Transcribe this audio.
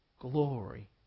Glory